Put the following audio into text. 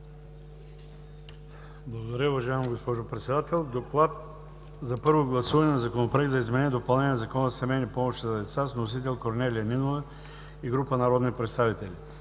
Благодаря, уважаема госпожо Председател. „ДОКЛАД за първо гласуване на Законопроекта за изменение и допълнение на Закона за семейни помощи за деца, внесен от Корнелия Нинова и група народни представители